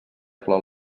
flor